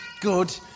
Good